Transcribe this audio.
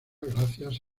gracias